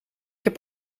heb